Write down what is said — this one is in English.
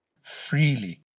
freely